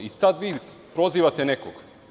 Sada vi prozivate nekog.